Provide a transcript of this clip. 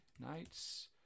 knights